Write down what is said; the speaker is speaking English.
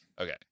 Okay